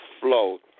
flow